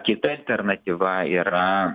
kita alternatyva yra